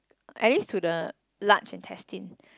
at least to do the large intestines